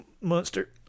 Monster